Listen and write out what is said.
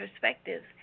perspectives